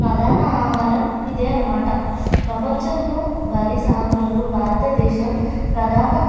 ప్రధాన ఆహారం ఇదే అన్నమాట ప్రపంచంలో వరి సాగులల్లో భారతదేశం ప్రథమ